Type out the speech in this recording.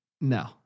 No